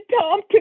Tom